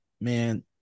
man